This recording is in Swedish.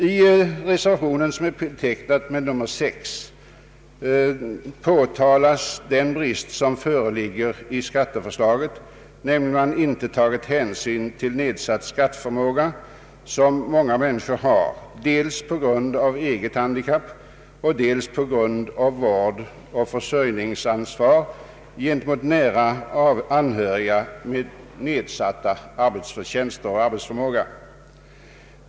I reservationen 6 påtalas den brist i skatteförslaget som utgörs av att man ej tagit hänsyn till den nedsatta skatteförmåga som föreligger för många människor, dels på grund av eget handikapp, dels på grund av försörjningsansvar gentemot nära anhörig med nedsatta arbetsinkomster och nedsatt arbetsförmåga.